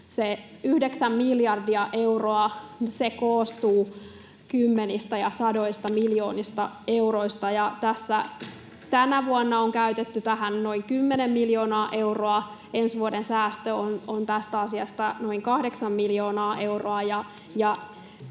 miljardia euroa koostuu kymmenistä ja sadoista miljoonista euroista. Tänä vuonna on käytetty tähän noin 10 miljoonaa euroa, ensi vuoden säästö on tästä asiasta noin kahdeksan miljoonaa euroa.